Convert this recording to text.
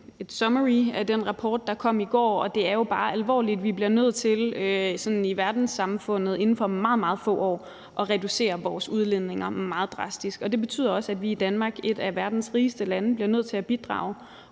et summary af den rapport, der kom i går, og det er jo bare alvorligt. Vi bliver nødt til i verdenssamfundet inden for meget, meget få år at reducere vores udledninger meget drastisk, og det betyder også, at vi i Danmark, et af verdens rigeste lande, bliver nødt til at bidrage.